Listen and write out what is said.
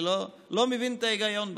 אני לא מבין את ההיגיון בזה.